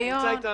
ניקיון.